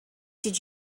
did